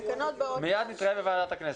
מיד נתראה בוועדת הכנסת.